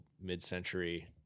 mid-century